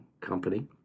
company